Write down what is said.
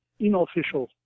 inofficial